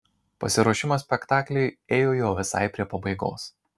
pasiruošimas spektakliui ėjo jau visai prie pabaigos